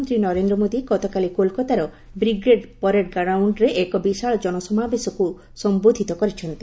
ପ୍ରଧାନମନ୍ତ୍ରୀ ନରେନ୍ଦ୍ର ମୋଦି ଗତକାଲି କୋଲକାତାର ବ୍ରିଗ୍ରେଡ୍ ପରେଡ ଗାଉଣ୍ଡରେ ଏକ ବିଶାଳ ଜନସମାବେଶକୁ ସମ୍ବୋଧ୍ନତ କରିଛନ୍ତି